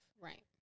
Right